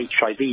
HIV